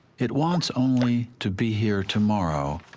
it wants only to be here tomorrow,